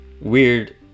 weird